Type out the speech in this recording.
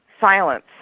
silence